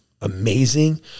amazing